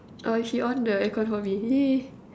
oh she on the air con for me !yay!